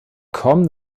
komm